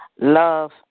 love